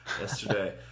yesterday